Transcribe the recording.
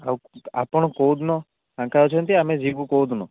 ଆଉ ଆପଣ କେଉଁ ଦିନ ଫାଙ୍କା ଅଛନ୍ତି ଆମେ ଯିବୁ କେଉଁ ଦିନ